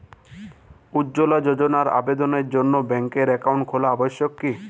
উজ্জ্বলা যোজনার আবেদনের জন্য ব্যাঙ্কে অ্যাকাউন্ট খোলা আবশ্যক কি?